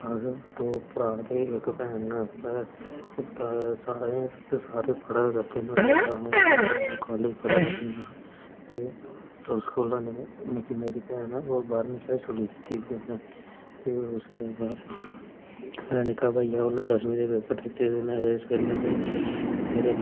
इक दो भ्राऽ ते इक भैन न ते अजें सारे गै पढ़ा करदे न बड्डा अ'ऊं ते अ'ऊं कालज पढ़ा करना ते उस कोला निक्की मेरी भैन ऐ ओह् बारह्मीं चा गै छोड़ी दित्ती दी उ'न्नै कन्नै ते उस दे बाद मेरा निक्का भाइया उस ने दसमीं दे पेपर दित्ते दे न ते उस बेल्लै ते मेरे